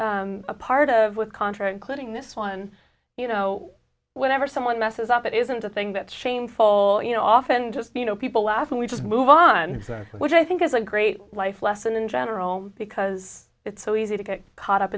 been a part of with contra including this one you know whenever someone messes up it isn't a thing that's shameful you know often just you know people laugh and we just move on which i think is a great life lesson in general because it's so easy to get caught up